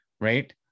right